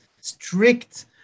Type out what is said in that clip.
strict